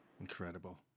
Incredible